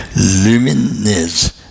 luminous